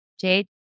Jade